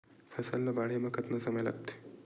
फसल ला बाढ़े मा कतना समय लगथे?